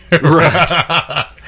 Right